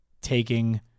taking